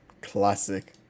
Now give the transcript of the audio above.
classic